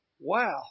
wow